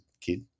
kid